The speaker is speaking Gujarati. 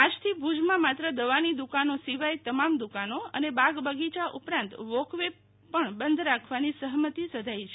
આજથી ભુજમાં માત્ર દાવની દુકાનો સિવાય તમમાં દુકાનો અને બાગ બગીયાઓ ઉપરાંત વોકવે પણ બંધ રાખવાની સહમિત સધાઈ છે